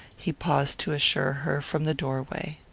he paused to assure her from the doorway.